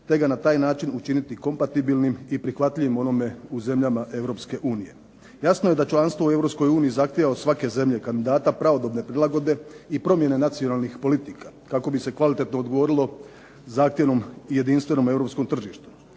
te ga na taj način učiniti kompatibilnim i prihvatljivim onome u zemljama Europske unije. Jasno da članstvo u Europskoj uniji zahtjeva od svake zemlje kandidata pravodobne prilagodbe i promjene nacionalnih politika. Kako bi se kvalitetno odgovorilo zahtjevnom i jedinstvenom Europskom tržištu.